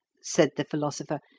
said the philosopher,